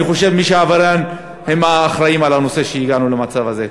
אני חושב שהעבריינים הם האחראים לכך שהגענו למצב הזה.